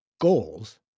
goals